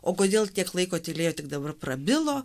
o kodėl tiek laiko tylėjo tik dabar prabilo